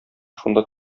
шунда